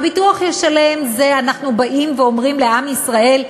"הביטוח ישלם" זה שאנחנו באים ואומרים לעם ישראל: